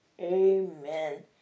amen